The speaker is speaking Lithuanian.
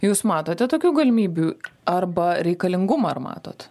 jūs matote tokių galimybių arba reikalingumą ar matot